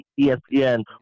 ESPN